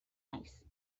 naiz